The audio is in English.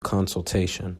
consultation